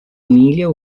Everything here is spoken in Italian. emilia